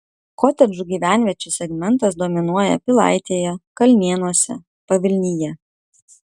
kotedžų gyvenviečių segmentas dominuoja pilaitėje kalnėnuose pavilnyje